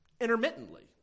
intermittently